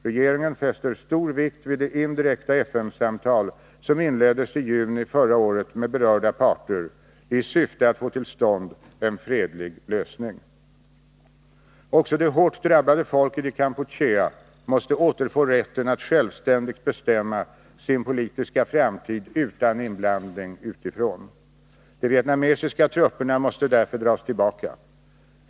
Regeringen fäster stor vikt vid de indirekta FN-samtal som inleddes i juni förra året med berörda parter i syfte att få till stånd en fredlig lösning. Också det hårt drabbade folket i Kampuchea måste återfå rätten att självständigt bestämma sin politiska framtid utan inblandning utifrån. De vietnamesiska trupperna måste därför dras tillbaka.